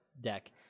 deck